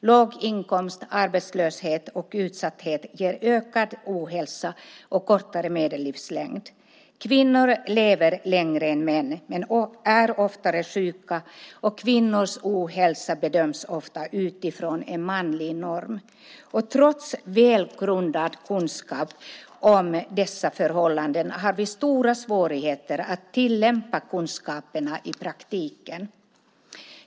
Låg inkomst, arbetslöshet och utsatthet ger ökad ohälsa och kortare medellivslängd. Kvinnor lever längre än män men är oftare sjuka, och kvinnors ohälsa bedöms ofta utifrån en manlig norm. Och trots väl grundad kunskap om dessa förhållanden har vi stora svårigheter att tillämpa kunskaperna i praktiken.